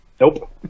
Nope